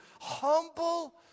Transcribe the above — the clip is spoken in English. humble